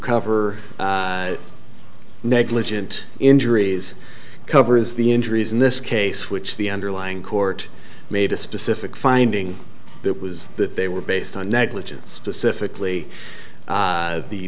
cover negligent injuries covers the injuries in this case which the underlying court made a specific finding it was that they were based on negligence specifically